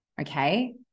Okay